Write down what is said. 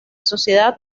sociedad